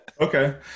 Okay